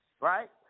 right